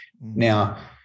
Now